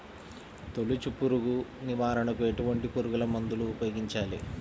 తొలుచు పురుగు నివారణకు ఎటువంటి పురుగుమందులు ఉపయోగించాలి?